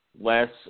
less